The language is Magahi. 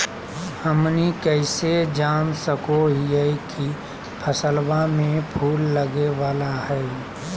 हमनी कइसे जान सको हीयइ की फसलबा में फूल लगे वाला हइ?